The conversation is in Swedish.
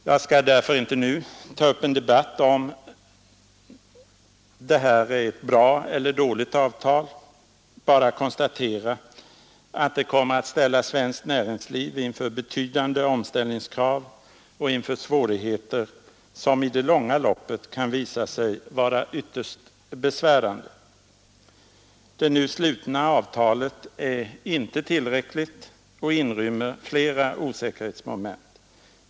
Jag skall därför inte nu ta upp en debatt om huruvida detta är ett bra eller dåligt avtal utan bara konstatera att det kommer att ställa svenskt näringsliv inför betydande omställningskrav och inför svårigheter som i det långa loppet kan komma att visa sig ytterst besvärande. Det nu slutna avtalet är inte tillräckligt och inrymmer flera osäkerhetsmoment.